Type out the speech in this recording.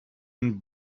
and